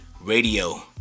Radio